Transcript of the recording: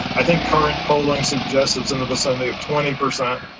i think current polling suggests it's in the vicinity of twenty percent,